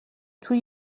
توی